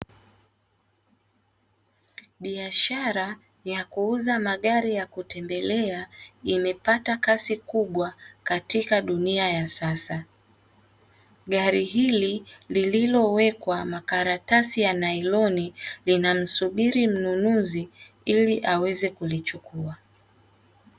Biashara ya kuuza magari ya kutembelea imepata kasi kubwa katika dunia ya sasa gari hili lililowekwa makaratasi ya nailoni linamsubiri mnunuzi ili aweze kulichukua.